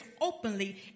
openly